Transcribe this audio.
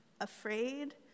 Afraid